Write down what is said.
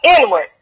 inward